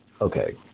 okay